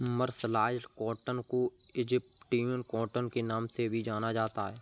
mercerised cotton को Egyptian cotton के नाम से भी जाना जाता है